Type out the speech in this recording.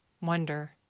wonder